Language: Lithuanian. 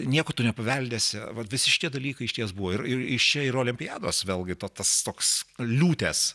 nieko tu nepaveldėsi va visi šie dalykai išties buvo ir iš čia ir olimpiados vėlgi ta ta toks liūtės